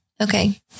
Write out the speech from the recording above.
Okay